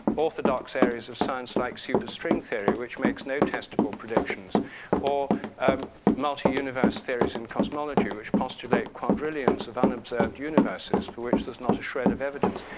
orthodox areas of science like superstring theory which makes no testable predictions or multi-universe theories in cosmology which postulate quadrillions of unobserved universes for which there's not a shred of evidence.